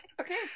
okay